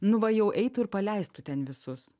nu va jau eitų ir paleistų ten visus